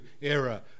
era